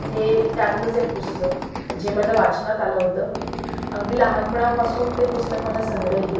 हे त्यातलंच एक पुस्तक जे माझ्या वाचनात आलं होतं अगदी लहानपणापासून ते पुस्तक माझ्या संग्रही